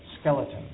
skeleton